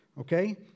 okay